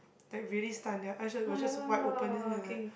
like really stunned their eyes were just wide open then they were like